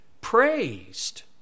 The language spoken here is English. praised